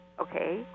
Okay